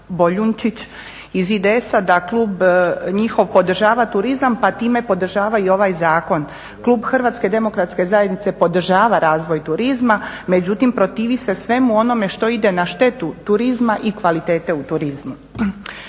Boljunčić iz IDS-a da klub njihov podržava turizam, pa time podržava i ovaj zakon. Klub Hrvatske demokratske zajednice podržava razvoj turizma, međutim protivi se svemu onome što ide na štetu turizma i kvalitete u turizmu.